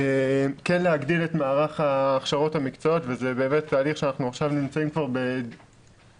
כן להגדיל את מערך ההכשרות המקצועיות וזה תהליך שאנחנו נמצאים כבר בלא